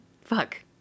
fuck